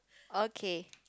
okay